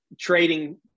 trading